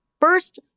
First